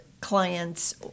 clients